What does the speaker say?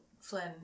Flynn